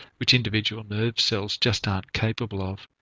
which individual nerve cells just aren't capable of.